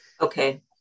Okay